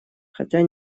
хотя